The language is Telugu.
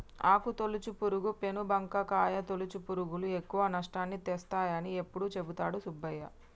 ఆకు తొలుచు పురుగు, పేను బంక, కాయ తొలుచు పురుగులు ఎక్కువ నష్టాన్ని తెస్తాయని ఎప్పుడు చెపుతాడు సుబ్బయ్య